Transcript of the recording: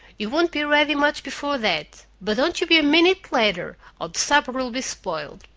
you won't be ready much before that but don't you be a minute later, or the supper will be spoiled.